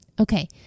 Okay